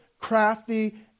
crafty